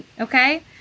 okay